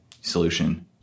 solution